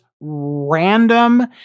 random